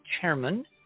chairman